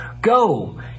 go